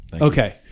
okay